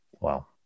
Wow